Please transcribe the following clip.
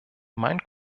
mein